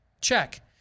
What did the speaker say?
Check